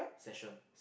session